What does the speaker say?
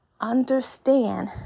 understand